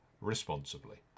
responsibly